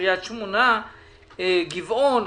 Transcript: גבעון,